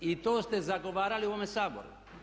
I to ste zagovarali u ovome Saboru.